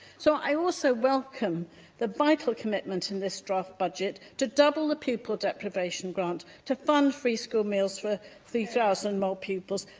so, i also welcome the vital commitment in this draft budget to double the pupil deprivation grant, to fund free school meals for three thousand more pupils,